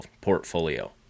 portfolio